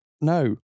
No